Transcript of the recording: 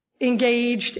engaged